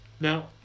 Now